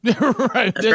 Right